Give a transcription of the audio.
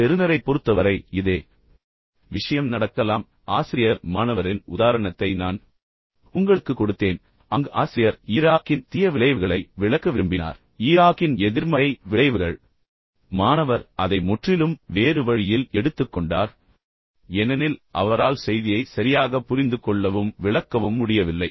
பெறுநரைப் பொறுத்தவரை இதே விஷயம் நடக்கலாம் ஆசிரியர் மாணவரின் உதாரணத்தை நான் உங்களுக்குக் கொடுத்தேன் அங்கு ஆசிரியர் ஈராக்கின் தீய விளைவுகளை விளக்க விரும்பினார் ஈராக்கின் எதிர்மறை விளைவுகள் மற்றும் மாணவர் அதை முற்றிலும் வேறு வழியில் எடுத்துக் கொண்டார் ஏனெனில் அவரால் செய்தியை சரியாகப் புரிந்துகொள்ளவும் விளக்கவும் முடியவில்லை